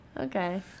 Okay